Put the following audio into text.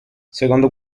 secondo